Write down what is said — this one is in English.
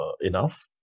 enough